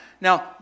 Now